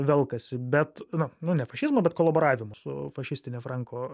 velkasi bet nu ne fašizmo bet kolaboravimo su fašistine franko